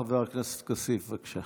חבר הכנסת כסיף, בבקשה.